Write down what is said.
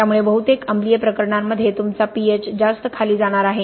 त्यामुळे बहुतेक अम्लीय प्रकरणांमध्ये तुमचा pH जास्त खाली जाणार आहे